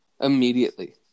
immediately